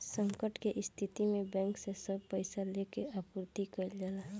संकट के स्थिति में बैंक से सब पईसा लेके आपूर्ति कईल जाला